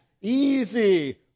Easy